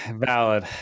valid